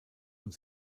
und